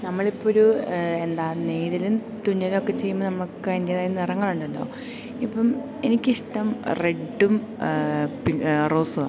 നമ്മളിപ്പൊരു എന്താ നേരിലും തുന്നലൊക്കെ ചെയ്യുമ്പം നമുക്കതിൻറ്റേതായ നിറങ്ങളുണ്ടല്ലോ ഇപ്പം എനിക്കിഷ്ടം റെഡ്ഡും പിന്നെ റോസുമാണ്